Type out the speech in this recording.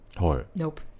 nope